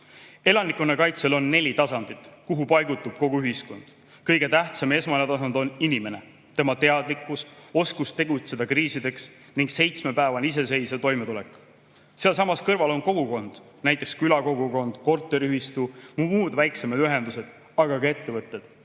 puudutama. Elanikkonnakaitsel on neli tasandit, kuhu paigutub kogu ühiskond. Kõige tähtsam, esmane tasand on inimene, tema teadlikkus, oskus tegutseda kriisides ning seitsmepäevane iseseisev toimetulek. Sealsamas kõrval on kogukond, näiteks külakogukond, korteriühistu, muud väiksemad ühendused, aga ka ettevõtted.